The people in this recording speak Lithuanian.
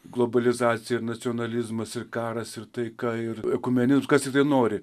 globalizacija ir nacionalizmas ir karas ir taika ir ekumenizmas kas tik tai nori